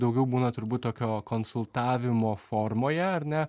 daugiau būna turbūt tokio konsultavimo formoje ar ne